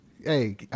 hey